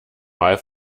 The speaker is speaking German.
mal